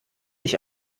ich